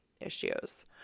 issues